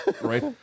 right